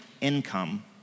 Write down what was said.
income